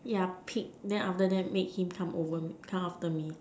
yeah peek then after that make him come over me come after me